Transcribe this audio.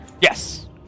yes